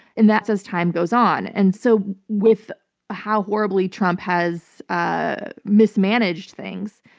and that's as time goes on. and so with how horribly trump has ah mismanaged things,